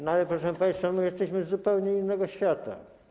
No ale, proszę państwa, my jesteśmy z zupełnie innego świata.